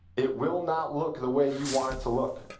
it will not look the way you want it to look.